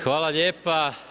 Hvala lijepa.